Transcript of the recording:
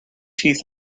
teeth